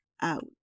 out